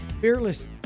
fearless